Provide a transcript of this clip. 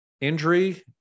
injury